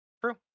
True